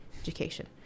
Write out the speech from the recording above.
education